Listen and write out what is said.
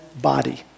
body